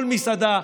כל מסעדה,